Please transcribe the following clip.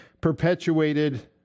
perpetuated